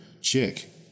chick